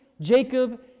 Jacob